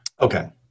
Okay